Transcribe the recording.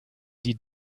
die